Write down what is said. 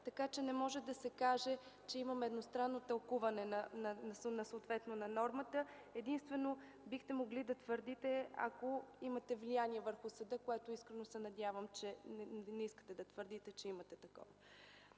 Не може да се каже, че имаме едностранно тълкуване на нормата, единствено бихте могли да твърдите, ако имате влияние върху съда, което искрено се надявам, че не искате да твърдите, че имате такова.